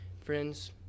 friends